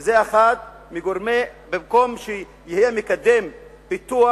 במקום שיהיה מקדם פיתוח,